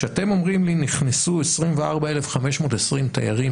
כשאתם אומרים לי נכנסו 24,520 תיירים